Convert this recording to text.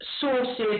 sources